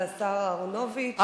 על השר אהרונוביץ,